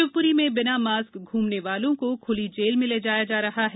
शिवप्री में बिना मास्क घूमने वालों खूली जेल में ले जाया जा रहा है